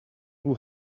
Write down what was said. who